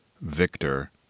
victor